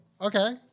Okay